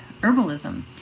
herbalism